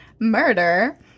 murder –